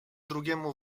drugiemu